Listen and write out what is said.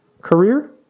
career